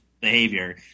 behavior